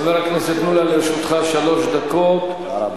חבר הכנסת מולה, לרשותך שלוש דקות.